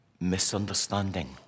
misunderstanding